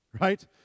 right